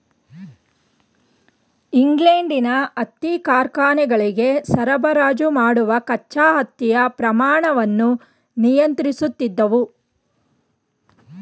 ಇಂಗ್ಲೆಂಡಿನ ಹತ್ತಿ ಕಾರ್ಖಾನೆಗಳಿಗೆ ಸರಬರಾಜು ಮಾಡುವ ಕಚ್ಚಾ ಹತ್ತಿಯ ಪ್ರಮಾಣವನ್ನು ನಿಯಂತ್ರಿಸುತ್ತಿದ್ದವು